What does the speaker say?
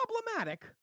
problematic